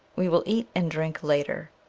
we will eat and drink later.